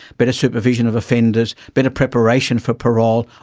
better supervision of offenders, better preparation for parole,